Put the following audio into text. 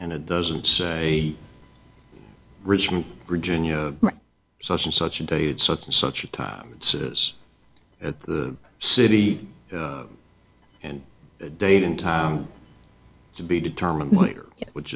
and it doesn't say richmond virginia such and such and such and such a time it says at the city and a date in time to be determined later which